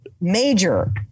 Major